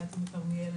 הגעתי מכרמיאל,